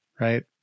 Right